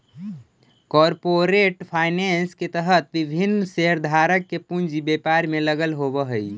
corporate finance के तहत विभिन्न शेयरधारक के पूंजी व्यापार में लगल होवऽ हइ